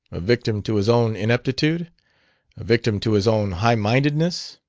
a victim to his own ineptitude? a victim to his own highmindedness?